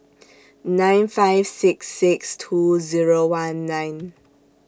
nine five six six two Zero one nine